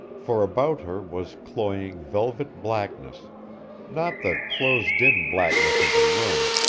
for about her was cloying velvet blackness not the closed-in blackness of a room,